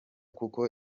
kuko